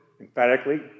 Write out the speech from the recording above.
emphatically